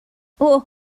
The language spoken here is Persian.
اوه